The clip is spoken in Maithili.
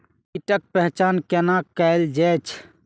कीटक पहचान कैना कायल जैछ?